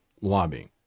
lobbying